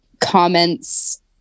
comments